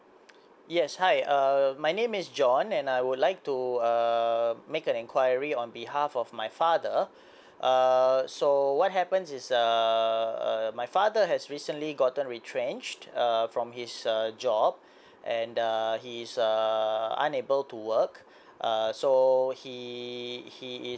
yes hi uh my name is john and I would like to uh make an enquiry on behalf of my father err so what happen is err my father has recently gotten retrenched err from his err job and err he is a unable to work err so he he is